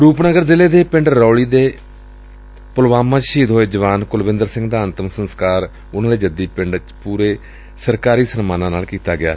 ਰੂਪਨਗਰ ਜ਼ਿਲ੍ਹੇ ਦੇ ਪਿੰਡ ਰੋਲੀ ਦੇ ਪੁਲਵਾਮਾ ਚ ਸ਼ਹੀਦ ਹੋਏ ਜਵਾਨ ਕੁਲਵਿੰਦਰ ਸਿੰਘ ਦਾ ਅੰਤਮ ਸੰਸਕਾਰ ਉਨੂਾਂ ਦੇ ਜੱਦੀ ਪਿੰਡ ਚ ਪੂਰੇ ਸਰਕਾਰੀ ਸਨਮਾਨਾਂ ਨਾਲ ਕਰ ਦਿੱਤਾ ਗਿਐ